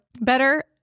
better